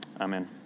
Amen